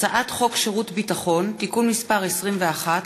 הצעת חוק שירות ביטחון (תיקון מס' 21),